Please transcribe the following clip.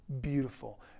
beautiful